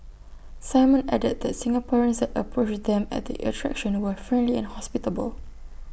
simon added that Singaporeans that approached them at the attraction were friendly and hospitable